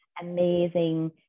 amazing